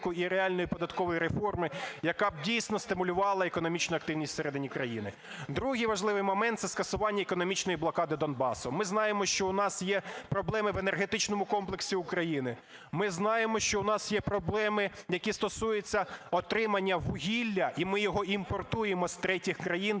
Другий важливий момент – це скасування економічної блокади Донбасу. Ми знаємо, що у нас є проблеми в енергетичному комплексі України. Ми знаємо, що в нас є проблеми, які стосуються отримання вугілля, і ми його імпортуємо з третіх країни